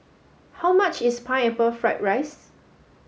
how much is Pineapple Fried Rice